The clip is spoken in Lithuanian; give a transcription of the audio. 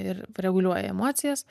ir reguliuoja emocijas